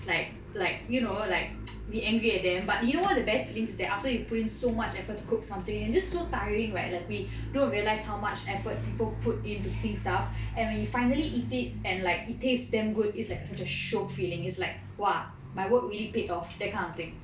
like like you know like be angry at them but you know one of the best feelings is that after you put in so much effort to cook something and it's just so tiring right that we don't realise how much effort people put in cooking stuff and when you finally eat it and like it taste damn good it's like such a shiok feeling is like !wah! my work really paid off that kind of thing